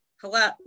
Hello